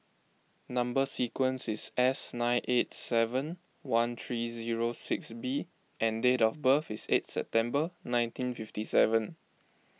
Number Sequence is S nine eight seven one three zero six B and date of birth is eight September one ning five seven